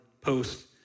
Post